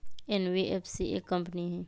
NBFC एक company हई?